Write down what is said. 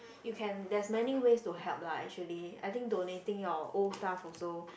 you can there's many ways to help lah actually I think donating your old stuff also